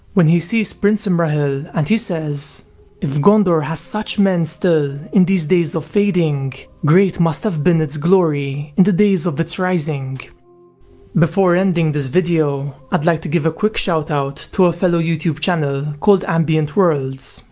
when he sees prince imrahil and he says if gondor has such men still in these days of fading, great must have been its glory in the days of its rising before ending this video i'd like to give a quick shoutout to a fellow youtube channel, called ambient worlds.